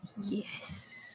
Yes